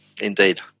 indeed